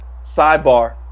Sidebar